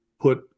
put